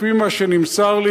לפי מה שנמסר לי,